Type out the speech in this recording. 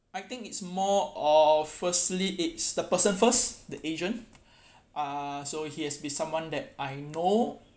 I think it's more of facilitate the person first the agent uh so he has be someone that I know